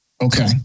Okay